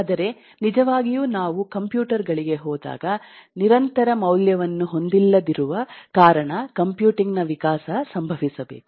ಆದರೆ ನಿಜವಾಗಿಯೂ ನಾವು ಕಂಪ್ಯೂಟರ್ ಗಳಿಗೆ ಹೋದಾಗ ನಿರಂತರ ಮೌಲ್ಯವನ್ನು ಹೊಂದಿಲ್ಲದಿರುವ ಕಾರಣ ಕಂಪ್ಯೂಟಿಂಗ್ ನ ವಿಕಾಸ ಸಂಭವಿಸಬೇಕು